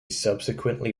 subsequently